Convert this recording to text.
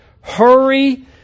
hurry